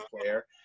player